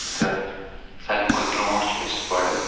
تہٕ ساروی کھۄتہٕ برٛونٛٹھ چھِ أسۍ گۄڈٕ